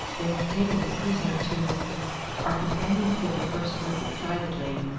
they have taken the prisoner to our companion said the first words excitedly,